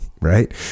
Right